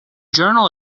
journal